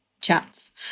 chats